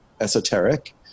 esoteric